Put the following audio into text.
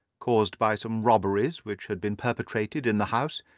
caused by some robberies which had been perpetrated in the house,